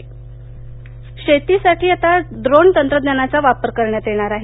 डोन लातर शेतीसाठी आता ड्रोन तंत्रज्ञानाचा वापर करण्यात येणार आहे